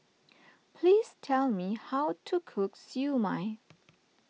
please tell me how to cook Siew Mai